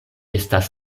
estas